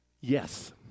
Yes